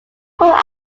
quote